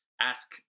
ask